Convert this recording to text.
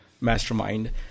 mastermind